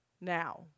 Now